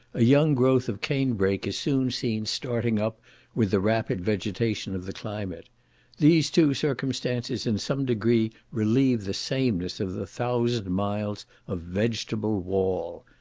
a young growth of cane-brake is soon seen starting up with the rapid vegetation of the climate these two circumstances in some degree relieve the sameness of the thousand miles of vegetable wall.